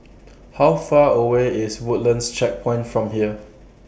How Far away IS Woodlands Checkpoint from here